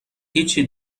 هیچی